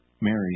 Mary